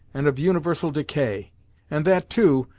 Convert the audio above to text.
and of universal decay and that, too,